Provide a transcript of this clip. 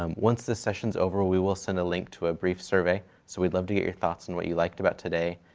um once this session is over, we will send a link to a brief survey, so we'd love to get your thoughts on and what you liked about today,